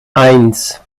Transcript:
eins